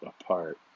apart